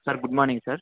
sir good morning sir